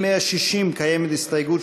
גברתי, 170?